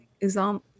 Islam